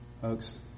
Folks